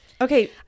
Okay